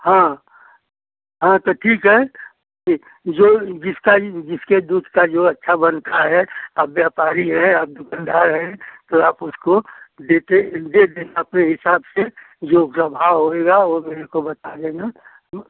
हाँ हाँ तो ठीक है जो जिसका जिसके दूध का जो अच्छा बनता है आप व्यापारी हैं आप दुकानदार हैं तो आप उसको देते दे देना अपने हिसाब से जो उसका भाव होएगा वो मेरे को बता देना